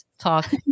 Talk